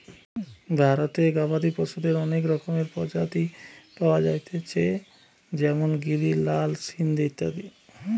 ভারতে গবাদি পশুদের অনেক রকমের প্রজাতি পায়া যাইতেছে যেমন গিরি, লাল সিন্ধি ইত্যাদি